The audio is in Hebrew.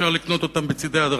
אפשר לקנות אתם בצדי הדרכים,